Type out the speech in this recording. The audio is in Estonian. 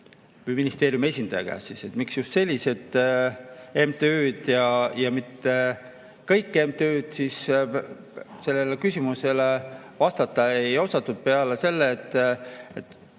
ministeeriumi esindaja käest, miks just sellised MTÜ-d ja mitte kõik MTÜ-d, siis sellele küsimusele vastata ei osatud, peale selle, et